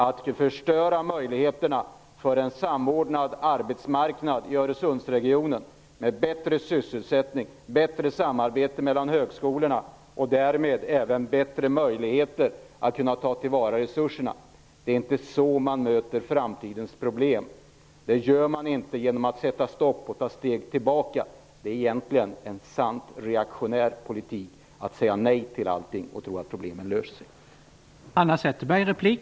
Att förstöra möjligheterna för en samordnad arbetsmarknad i Öresundsregionen med bättre sysselsättning, bättre samarbete mellan högskolorna och därmed även bättre möjligheter att ta till vara resurserna - det är inte så man möter framtidens problem. Det gör man inte genom att sätta stopp och ta steg tillbaka. Det är egentligen en sann reaktionär politik att säga nej till allting och tro att problemen löser sig.